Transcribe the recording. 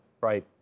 right